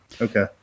Okay